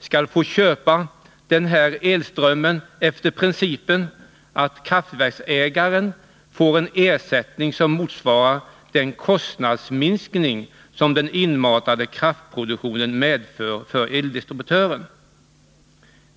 skall få köpa denna elström efter principen, att kraftverksägaren får en ersättning som motsvarar den kostnadsminskning som den inmatade kraftproduktionen medför för eldistributören.